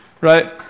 Right